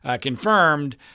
confirmed